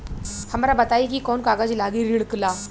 हमरा बताई कि कौन कागज लागी ऋण ला?